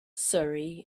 surrey